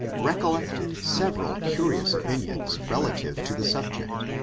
recollected several curious opinions relative to the subject,